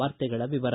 ವಾರ್ತೆಗಳ ವಿವರ